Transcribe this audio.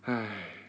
!aiya!